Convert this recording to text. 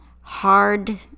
hard